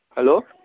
hello